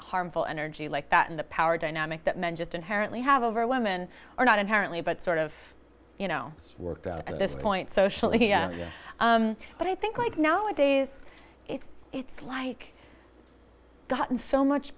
harmful energy like that in the power dynamic that men just inherently have over women are not inherently but sort of you know worked out at this point socially but i think like nowadays it's it's like gotten so much